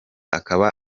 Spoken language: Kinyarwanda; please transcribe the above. akaba